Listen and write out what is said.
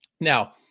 Now